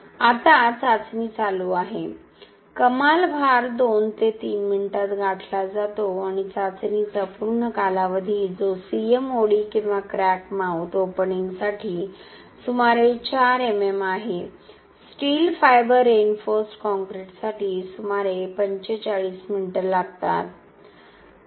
आता चाचणी चालू आहे कमाल भार 2 ते 3 मिनिटांत गाठला जातो आणि चाचणीचा पूर्ण कालावधी जो CMOD किंवा क्रॅक माऊथ ओपनिंगसाठी सुमारे 4 MM आहे स्टील फायबर रिइन्फोर्सड काँक्रीटसाठी सुमारे 45 मिनिटे लागतात